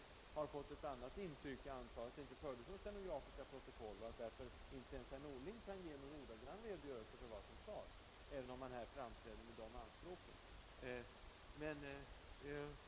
Jag antar att det inte fördes några stenografiska protokoll och att inte ens herr Norling kan lämna någon ordagrann redogörelse för vad som sades, även om han här framträder med anspråk att kunna göra det.